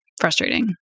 frustrating